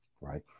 right